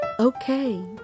Okay